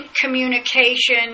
communication